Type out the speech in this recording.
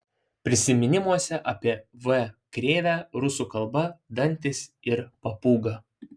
prisiminimuose apie v krėvę rusų kalba dantys ir papūga